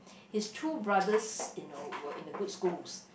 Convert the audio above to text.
his two brothers you know were in the good schools